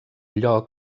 lloc